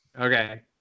okay